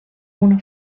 una